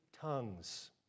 tongues